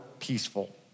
peaceful